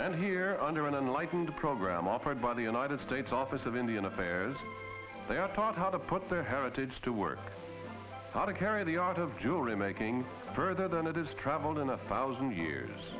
than here under an enlightened program offered by the united states office of indian affairs they are taught how to put their heritage to work thought to carry the art of jewelry making further than it has traveled in a thousand years